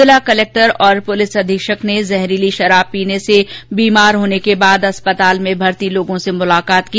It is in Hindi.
जिला कलेक्टर और पुलिस अधीक्षक ने जहरीली शराब पीने से बीमार होने के बाद अस्पताल में भर्ती लोगों से मुलाकात की